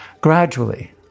Gradually